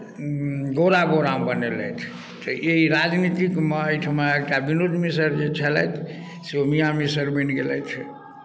गौरा बौराम बनेलथि तऽ ई राजनीतिकमे एहिठुमा एकटा विनोद मिसर जे छलथि से ओ मियाँ मिसर बनि गेलथि